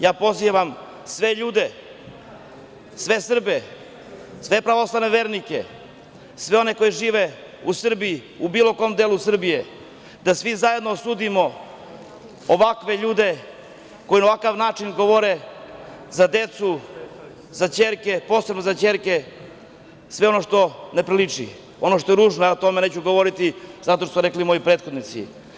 Ja pozivam sve ljude, sve Srbe, sve pravoslavne vernike, sve one koji žive u Srbiji, u bilo kom delu Srbije, da svi zajedno osudimo ovakve ljude koji na ovakav način govore za decu, za ćerke, posebno za ćerke, sve ono što ne priliči, ono što je ružno, ja o tome neću govoriti, zato što su rekli moji prethodnici.